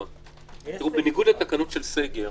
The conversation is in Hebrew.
בניגוד לתקנות של סגר,